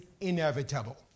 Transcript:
inevitable